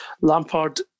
Lampard